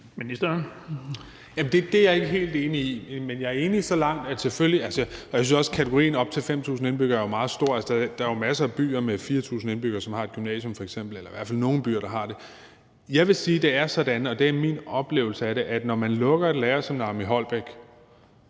Dybvad Bek): Det er jeg ikke helt enig i, og jeg synes også, at kategorien op til 5.000 indbyggere er meget bred. Altså, der er jo masser af byer med 4.000 indbyggere, som f.eks. har et gymnasium – eller der er i hvert fald nogle byer, der har det. Jeg vil sige, at det er sådan – det er min oplevelse af det – at når man lukker et lærerseminarium i Holbæk,